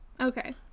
Okay